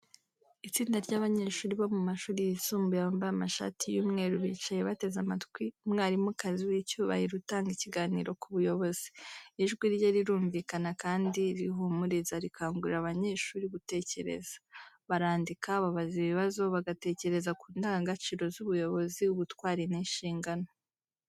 Itsinda ry’abanyeshuri bo mu mashuri yisumbuye bambaye amashati y’umweru bicaye bateze amatwi umwarimukazi w’icyubahiro utanga ikiganiro ku buyobozi. Ijwi rye rirumvikana kandi rihumuriza, rikangurira abanyeshuri gutekereza. Barandika, babaza ibibazo, bagatekereza ku ndangagaciro z’ubuyobozi, ubutwari n’inshingano.